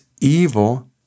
evil